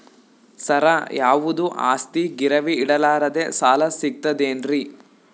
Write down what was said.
ಸರ, ಯಾವುದು ಆಸ್ತಿ ಗಿರವಿ ಇಡಲಾರದೆ ಸಾಲಾ ಸಿಗ್ತದೇನ್ರಿ?